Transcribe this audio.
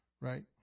Right